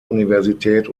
universität